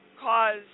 cause